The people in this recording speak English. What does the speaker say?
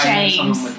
James